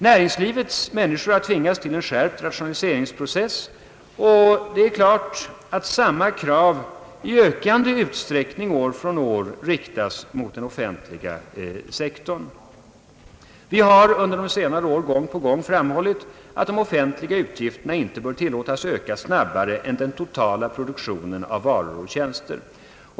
Näringslivets människor har tvingats till en skärpt rationaliseringsprocess. Det är klart att samma krav i ökande utsträckning år från år riktas mot den offentliga sektorn. Vi har under senare år gång på gång framhållit att de offentliga utgifterna inte bör tilllåtas öka snabbare än den totala produktionen av varor och tjänster.